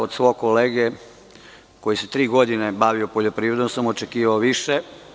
Od svog kolege koji se tri godine bavio poljoprivredom sam očekivao više.